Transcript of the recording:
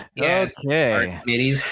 Okay